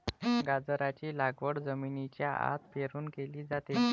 गाजराची लागवड जमिनीच्या आत पेरून केली जाते